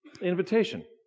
invitation